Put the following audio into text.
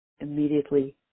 immediately